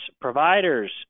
Providers